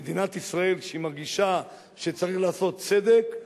למדינת ישראל כשהיא מרגישה שצריך לעשות צדק,